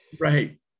Right